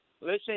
Listen